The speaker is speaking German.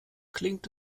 klingt